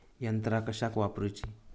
यंत्रा कशाक वापुरूची?